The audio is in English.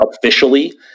Officially